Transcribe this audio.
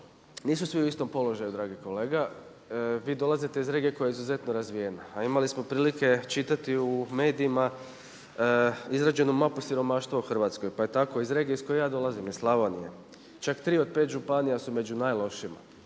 nisu svi u istom položaju dragi kolega, vi dolazite iz regije koja je izuzetno razvijena a imali smo prilike čitati u medijima izrađenu mapu siromaštva u Hrvatskoj. Pa je tako iz regije iz koje ja dolazim iz Slavonije, čak 3 od 5 županija su među najlošijima